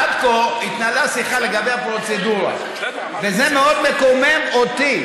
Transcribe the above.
עד כה התנהלה שיחה לגבי הפרוצדורה וזה מאוד מקומם אותי,